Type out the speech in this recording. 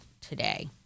today